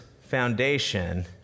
foundation